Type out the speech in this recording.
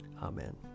Amen